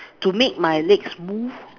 to make my legs smooth